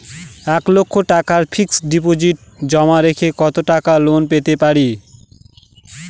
এক লক্ষ টাকার fixed deposit জমা রেখে কত টাকা লোন পেতে পারি?